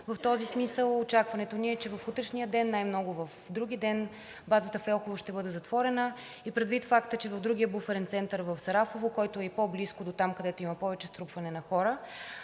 В този смисъл очакването ми е, че в утрешния ден, най-много вдругиден, базата в Елхово ще бъде затворена. И предвид факта, че в другия буферен център в Сарафово, който е и по-близо дотам, където има повече струпване на хора,